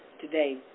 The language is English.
today